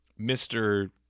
Mr